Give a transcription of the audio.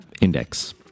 index